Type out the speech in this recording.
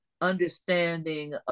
understanding